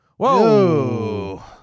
Whoa